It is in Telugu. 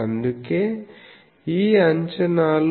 అందుకే ఈ అంచనాలు